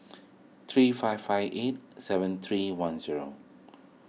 three five five eight seven three one zero